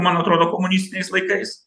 man atrodo komunistiniais laikais